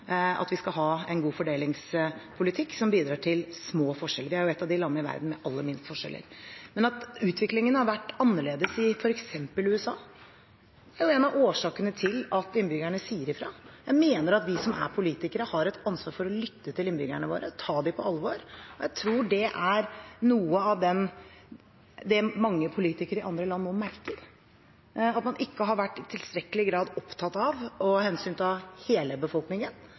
at vi skal ha en god fordelingspolitikk som bidrar til små forskjeller. Vi er et av landene i verden med aller minst forskjeller. Men at utviklingen har vært annerledes i f.eks. USA, er en av årsakene til at innbyggerne sier fra. Jeg mener at vi som er politikere, har et ansvar for å lytte til innbyggerne og ta dem på alvor. Jeg tror det er noe av det som mange politikere i andre land nå merker, at man ikke i tilstrekkelig grad har vært opptatt av å ta hensyn til hele befolkningen.